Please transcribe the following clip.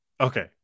okay